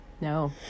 No